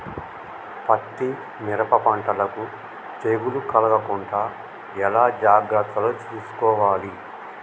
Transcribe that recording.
పత్తి మిరప పంటలను తెగులు కలగకుండా ఎలా జాగ్రత్తలు తీసుకోవాలి?